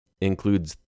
includes